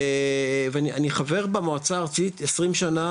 ואני חבר במועצה הארצית 20 שנה,